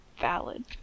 Valid